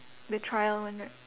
the trial one right